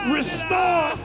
Restore